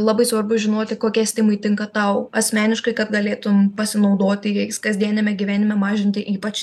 labai svarbu žinoti kokie stimai tinka tau asmeniškai kad galėtum pasinaudoti jais kasdieniame gyvenime mažinti ypač